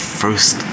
first